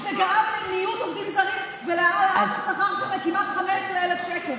זה גרם לניוד עובדים זרים ולהעלאת השכר לכמעט 15,000 שקל.